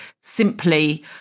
simply